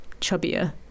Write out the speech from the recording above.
chubbier